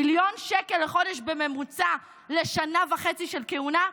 מיליון שקל לחודש בממוצע לשנה וחצי של כהונה.